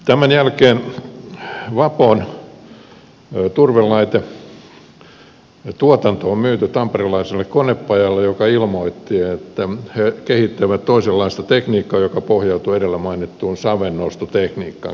tämän jälkeen vapon turvelaitetuotanto on myyty tamperelaiselle konepajalle joka ilmoitti että he kehittävät toisenlaista tekniikkaa joka pohjautuu edellä mainittuun savennostotekniikkaan